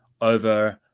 over